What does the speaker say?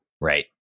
Right